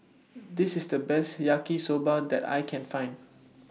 This IS The Best Yaki Soba that I Can Find